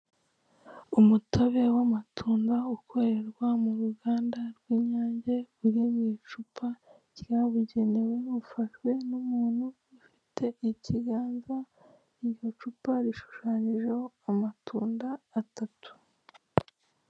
Umutobe w'amatunda ukorerwa mu ruganda rw'INYANGE uri mu icupa ryabugenewe, ufashwe n'umuntu ufite ikiganza iryo cupa rishushanyijeho amatunda atatu.